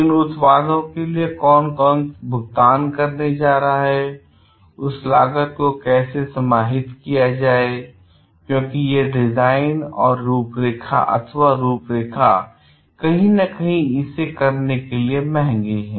उन उत्पादों के लिए कौन भुगतान करने जा रहा है उस लागत को कैसे समाहित किया जाए क्योंकि ये डिज़ाइन अथवा रूपरेखा कहीं न कहीं इसे करने के लिए महंगे हैं